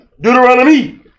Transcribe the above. Deuteronomy